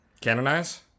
Canonize